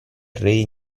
array